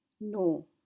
No